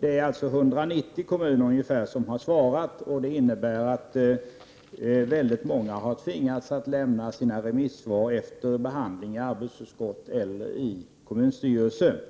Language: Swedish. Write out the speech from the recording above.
Det är sammanlagt ungefär 190 kommuner som har svarat, och det betyder att många har tvingats lämna sina remissvar efter behandling i arbetsutskott eller kommunstyrelse.